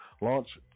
launch